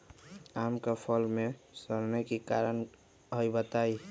आम क फल म सरने कि कारण हई बताई?